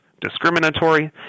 discriminatory